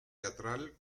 teatral